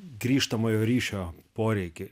grįžtamojo ryšio poreikį